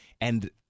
and-